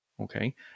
Okay